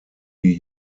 die